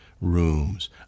rooms